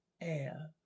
air